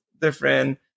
different